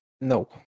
No